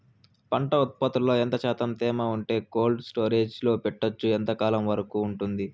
పంట ఉత్పత్తులలో ఎంత శాతం తేమ ఉంటే కోల్డ్ స్టోరేజ్ లో పెట్టొచ్చు? ఎంతకాలం వరకు ఉంటుంది